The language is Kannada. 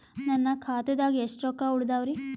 ನನ್ನ ಖಾತಾದಾಗ ಎಷ್ಟ ರೊಕ್ಕ ಉಳದಾವರಿ?